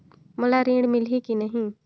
मोला ऋण मिलही की नहीं?